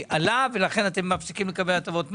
עלה ולכן אתם מפסיקים לקבל הטבות מס?